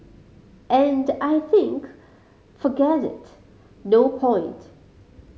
and I think forget it no point